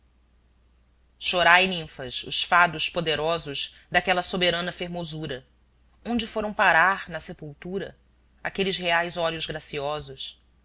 chorai ninfas os fados poderosos daquela soberana fermosura onde foram parar na sepultura aqueles reais olhos graciosos